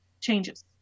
changes